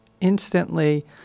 instantly